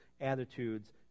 attitudes